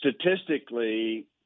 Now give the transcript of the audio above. statistically